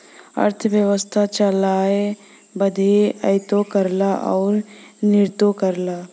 अरथबेवसथा चलाए बदे आयातो करला अउर निर्यातो करला